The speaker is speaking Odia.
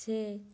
ସିଏ